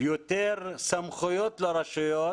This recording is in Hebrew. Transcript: יותר סמכויות לרשויות